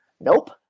Nope